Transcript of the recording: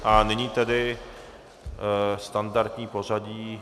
A nyní tedy standardní pořadí.